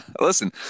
Listen